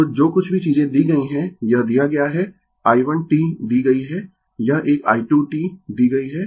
तो जो कुछ भी चीजें दी गयी है यह दिया गया है i1 t दी गयी है यह एक i2 t दी गयी है